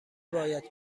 باید